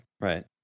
right